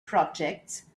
projects